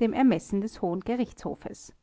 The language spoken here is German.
dem ermessen des hohen gerichtshofes